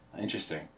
interesting